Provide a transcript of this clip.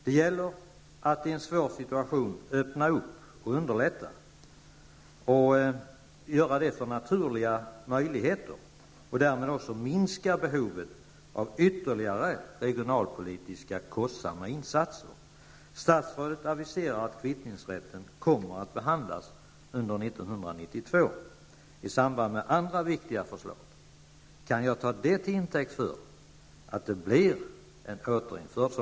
Det gäller att i en svår situation så att säga öppna upp och underlätta för naturliga möjligheter och därmed också minska behovet av ytterligare kostsamma regionalpolitiska insatser. Statsrådet aviserar att frågan om kvittningsrätten kommer att behandlas under 1992 i samband med andra viktiga förslag. Kan jag ta det till intäkt för att kvittningsrätten blir återinförd?